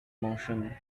motion